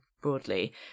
broadly